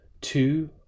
Two